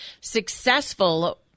successful